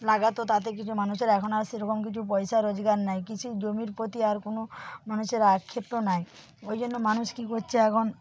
লাগাতো তাতে কিছু মানুষের এখন আর সেরকম কিছু পয়সা রোজগার নেই কৃষির জমির প্রতি আর কোনও মানুষের আক্ষেপ তো নেই ওই জন্য মানুষ কী করছে এখন